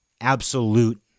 absolute